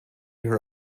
her